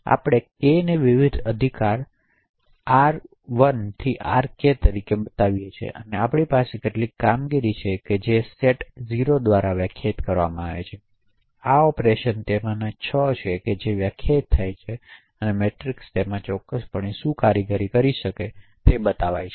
અહીં આપણે K ને વિવિધ અધિકાર આર 1 થી આરકે થી બતાવીએ છીએ અને આપણી પાસે કેટલાક કામગીરી છે જે સેટ O દ્વારા વ્યાખ્યાયિત કરવામાં આવી છે તેથી આ ઓપરેશન્સ તેમાંના છ છે જે વ્યાખ્યા કરે છે કે આ ચોક્કસ મેટ્રિક્સ પર શું કામગીરી કરી શકાય છે